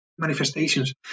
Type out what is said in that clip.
Manifestations